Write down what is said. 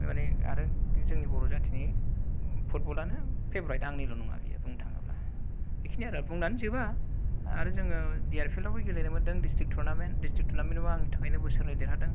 माने आरो जोंनि बर' जाथिनि फुटबल आनो फेभरिट आंनिल' नङा बेयो बुंनो थाङोबा बेखिनि आरो बुंनानै जोबा आरो जोङो बि आर पि एल आवबो गेलेनो मोनदों दिस्ट्रिक्ट टुर्नामेन्ट दिस्ट्रिक्ट टुरनामेन्ट आवबो आंनि थाखायनो बोसोरनै देरहादों